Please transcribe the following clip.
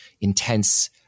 intense